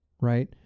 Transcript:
right